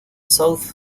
south